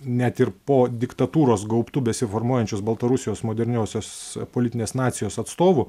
net ir po diktatūros gaubtu besiformuojančios baltarusijos moderniosios politinės nacijos atstovų